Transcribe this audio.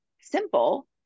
simple